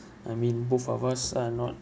I mean both of us are not